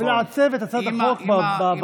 ולעצב את הצעת החוק בוועדה.